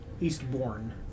Eastbourne